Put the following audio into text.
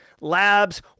labs